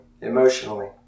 emotionally